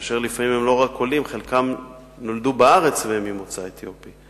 כי הם לא רק עולים אלא חלקם נולדו בארץ והם ממוצא אתיופי.